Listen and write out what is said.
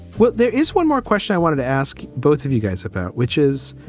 well, there is one more question i wanted to ask both of you guys about, which is,